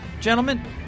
Gentlemen